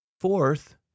Fourth